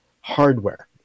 hardware